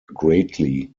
greatly